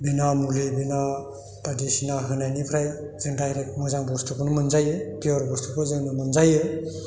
बिना मुलि बिना बायदिसिना होनायनिफ्राय जों दायरेक्ट मोजां बुस्थुखौनो मोनजायो पिय'र बुस्थुखौ जों मोनजायो